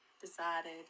decided